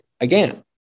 again